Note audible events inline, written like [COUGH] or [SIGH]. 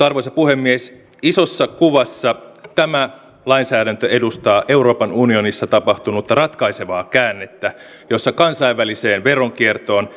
[UNINTELLIGIBLE] arvoisa puhemies isossa kuvassa tämä lainsäädäntö edustaa euroopan unionissa tapahtunutta ratkaisevaa käännettä jossa kansainväliseen veronkiertoon [UNINTELLIGIBLE]